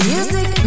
Music